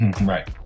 Right